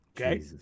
Okay